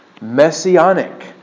messianic